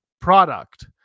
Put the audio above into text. product